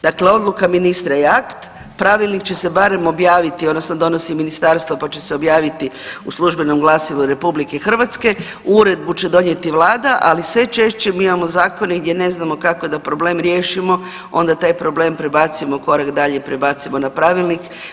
Dakle, odluka ministra je akt, pravilnik će se barem objaviti odnosno donosi ministarstvo pa će se objaviti u službenom glasilu RH, uredbu će donijeti vlada, ali sve češće mi imamo zakone gdje ne znamo kako da problem riješimo onda taj problem prebacimo korak dalje i prebacimo na pravilnik.